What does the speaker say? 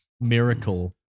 miracle